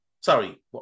Sorry